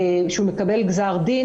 כשהוא מקבל גזר דין.